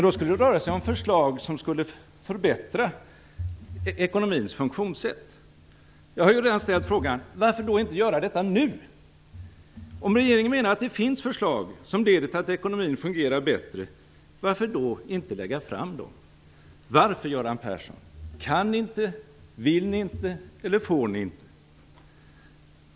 Då skulle det röra sig om förslag som skulle förbättra ekonomins funktionssätt. Varför då inte göra detta nu? Om regeringen menar att det finns förslag som leder till att ekonomin fungerar bättre, varför då inte lägga fram dem? Varför, Göran Persson? Kan ni inte, vill ni inte eller får ni inte?